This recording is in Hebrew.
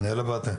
מנהל הוועדה,